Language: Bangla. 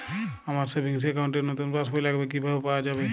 আমার সেভিংস অ্যাকাউন্ট র নতুন পাসবই লাগবে, কিভাবে পাওয়া যাবে?